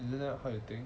isn't that what you think